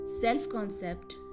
self-concept